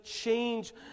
change